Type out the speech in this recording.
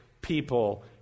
people